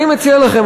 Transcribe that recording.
אני מציע לכם,